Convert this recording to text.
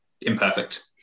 imperfect